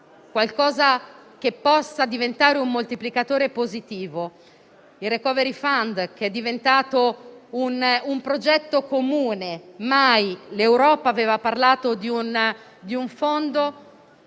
qualcosa che possa diventare un moltiplicatore positivo. Il *recovery fund* è diventato un progetto comune; mai l'Europa aveva parlato di un fondo